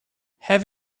have